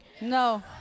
No